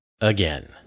again